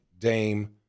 Dame